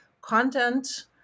content